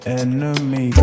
enemy